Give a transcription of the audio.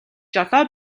жолоо